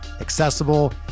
accessible